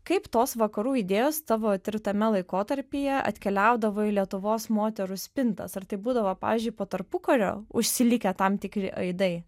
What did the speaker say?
kaip tos vakarų idėjos tavo tirtame laikotarpyje atkeliaudavo į lietuvos moterų spintas ar tai būdavo pavyzdžiui po tarpukario užsilikę tam tikri aidai